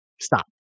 stop